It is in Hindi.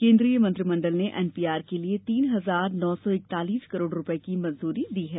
केन्द्रीय मंत्रिमण्डल ने एनपीआर के लिए तीन हजार नौ सौ इकतालीस करोड़ रूपये की मंजूरी दी है